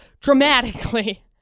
dramatically